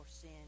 sin